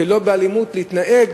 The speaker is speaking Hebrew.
שלא להתנהג